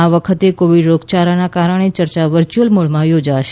આ વખતે કોવિડ રોગયાળાના કારણે ચર્ચા વર્યુઅલ મોડમાં યોજાશે